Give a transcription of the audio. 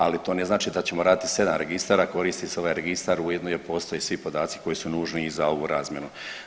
Ali to ne znači da ćemo raditi 7 registra, koristi se ovaj registra ujedno jer postoje svi podaci koji su nužni i za ovu razmjenu.